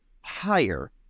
higher